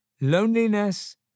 Loneliness